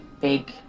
big